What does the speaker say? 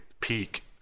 peak